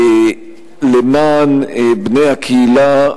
למען בני הקהילה,